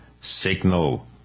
signal